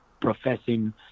professing